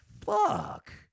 Fuck